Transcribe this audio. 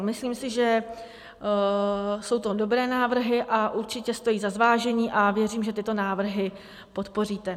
Myslím si, že jsou to dobré návrhy a určitě stojí za zvážení, a věřím, že tyto návrhy podpoříte.